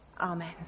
Amen